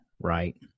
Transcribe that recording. right